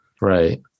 Right